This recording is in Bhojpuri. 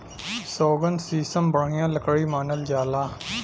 सौगन, सीसम बढ़िया लकड़ी मानल जाला